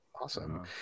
Awesome